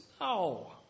No